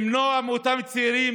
למנוע מאותם צעירים